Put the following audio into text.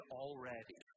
already